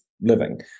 living